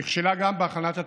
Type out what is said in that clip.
בהכנת התקציב.